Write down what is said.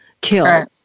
killed